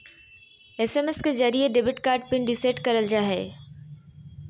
SMS के जरिये debit card pin reset करल जा हय